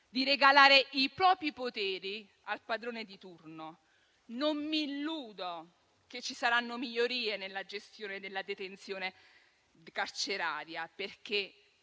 regalare i propri poteri al padrone di turno. Non mi illudo che ci saranno migliorie nella gestione della detenzione carceraria, perché